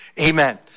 Amen